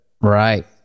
Right